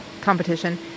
competition